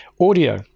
Audio